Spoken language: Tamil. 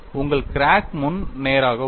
உங்கள் கிராக் முன் நேராக உள்ளது